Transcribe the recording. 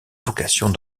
vocations